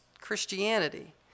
Christianity